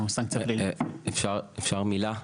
אפשר מילה?